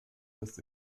dass